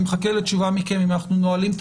אני מחכה לתשובה מכם אם אנחנו נועלים את